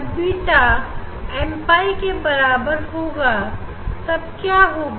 जब beta m pi के बराबर होगा तब क्या होगा